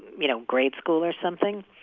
you know, grade school or something.